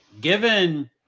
Given